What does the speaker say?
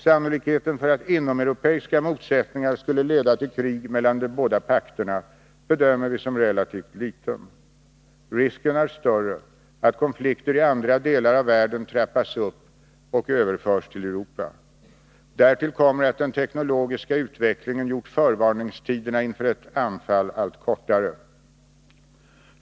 Sannolikheten för att inomeuropeiska motsättningar skulle leda till krig mellan de båda pakterna bedömer vi som relativt liten. Risken är större att konflikter i andra delar av världen trappas upp och överförs till Europa. Därtill kommer att den teknologiska utvecklingen gjort förvarningstiderna inför ett anfall allt kortare.